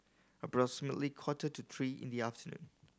approximately quarter to three in the afternoon